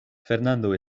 fernando